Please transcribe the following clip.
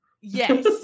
yes